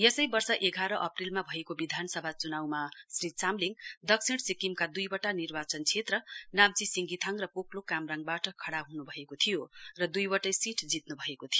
यसै वर्ष एघार अप्रेलमा भएको विधानसभा च्नाउमा श्री चामलिङ दक्षिण सिक्किमका दुइवटा निर्वाचन क्षेत्र नाम्चीसिंगिथाङ र पोकलोक कामराङबाट खड़ा हुन्भएको थियो र दुइवटै सीट जित्नुभएको थियो